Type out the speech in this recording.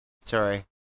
sorry